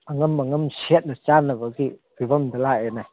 ꯑꯉꯝ ꯑꯉꯝ ꯁꯦꯠꯅ ꯆꯥꯅꯕꯒꯤ ꯐꯤꯕꯝꯗ ꯂꯥꯛꯑꯦꯅꯦ